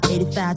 85